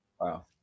wow